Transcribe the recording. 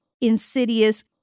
insidious